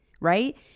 right